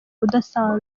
udasanzwe